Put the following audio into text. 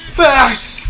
facts